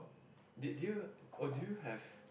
did you or do you have